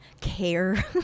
care